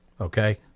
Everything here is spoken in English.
okay